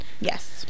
Yes